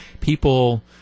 people